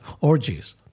orgies